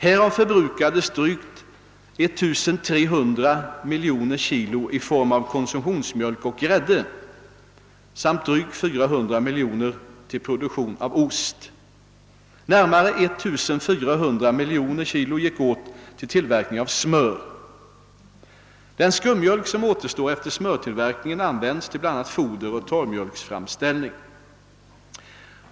Härav förbrukades drygt 1300 miljoner kg i form av konsumtionsmjölk och grädde samt drygt 400 miljoner kg till produktion av ost. Närmare 1 400 miljoner kg gick åt till tillverkning av smör. Den skummjölk som återstår efter smörtillverkningen används till bl.a. foder och torrmjölksframställning.